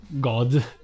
God